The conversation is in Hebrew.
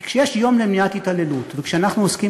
כי כשיש יום למניעת התעללות וכשאנחנו עוסקים